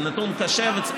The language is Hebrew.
זה נתון קשה.